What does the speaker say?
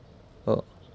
oh